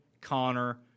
connor